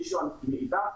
וראשון מאידך.